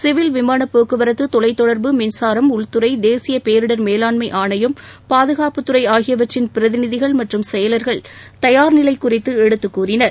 civil விமானப் போக்குவரத்து தொலைத்தொடர்பு மின்சாரம் உள்துறை தேசியபேரிடர் மேலாண்மைஆணையம் பாதுகாப்புத்துறைஆகியவற்றின் பிரதிநிதிகள் மற்றும் செயலர்கள் தயார்நிலைகுறித்துஎடுத்துகூறினர்